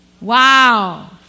Wow